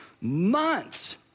months